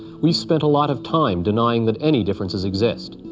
we spend a lot of time denying that any differences exist.